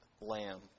lamb